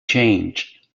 change